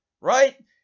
right